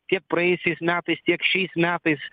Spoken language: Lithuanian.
tiek praėjusiais metais tiek šiais metais